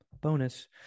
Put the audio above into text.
bonus